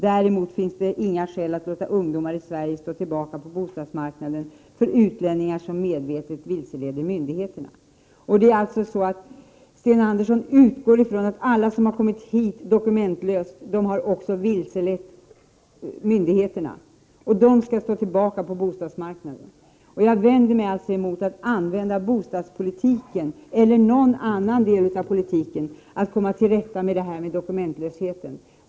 Däremot finns det inga skäl att låta ungdomar i Sverige stå tillbaka på bostadsmarknaden för utlänningar som medvetet vilseleder myndigheterna!” Sten Andersson utgår alltså från att alla som har kommit till Sverige utan dokument också har vilselett myndigheterna och att de skall stå tillbaka på bostadsmarknaden. Jag vänder mig alltså emot att man använder bostadspolitiken, eller någon annan del av politiken, för att komma till rätta med den s.k. dokumentlösheten.